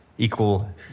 equal